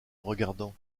regardant